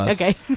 Okay